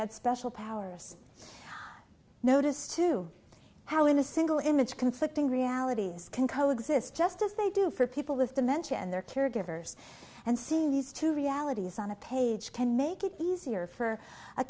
had special powers noticed too how in a single image conflicting realities can co exist just as they do for people with dementia and their caregivers and seeing these two realities on a page can make it easier for a